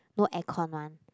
no aircon one